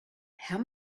how